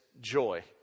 joy